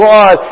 God